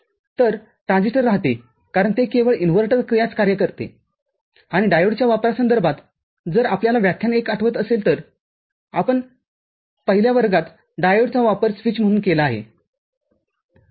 तर ट्रान्झिस्टर राहते कारण ते केवळ इन्व्हर्टर क्रियाच कार्य करते आणि डायोडच्या वापरासंदर्भात जर आपल्याला व्याख्यान १ आठवत असेल तर आपण आपल्या पहिल्या वर्गात डायोडचा वापर स्विच म्हणून केला आहे